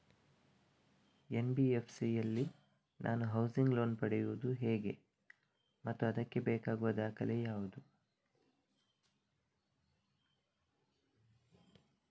NBFC ಯಲ್ಲಿ ನಾನು housing loan ಪಡೆಯುದು ಹೇಗೆ ಮತ್ತು ಅದಕ್ಕೆ ಬೇಕಾಗುವ ದಾಖಲೆ ಯಾವುದು?